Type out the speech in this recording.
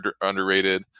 underrated